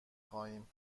خواهیم